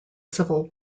civil